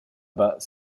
bas